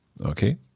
Okay